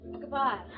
Goodbye